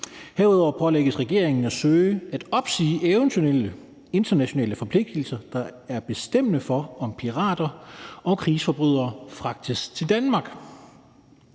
Herudover pålægges regeringen at søge at opsige eventuelle internationale forpligtelser, der er bestemmende for, om pirater og krigsforbrydere fragtes til Danmark.